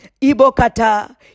ibokata